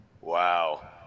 Wow